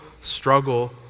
struggle